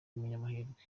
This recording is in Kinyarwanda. umunyamahirwe